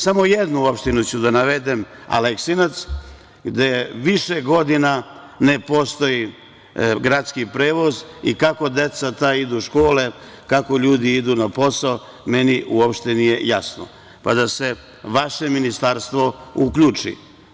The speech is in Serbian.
Samo jednu opštinu ću da navedem, Aleksinac, gde više godina ne postoji gradski prevoz i kako ta deca idu u škole, kako ljudi idu na posao meni uopšte nije jasno, pa da se vaše ministarstvo uključi.